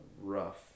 rough